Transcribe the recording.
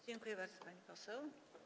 Dziękuję bardzo, pani poseł.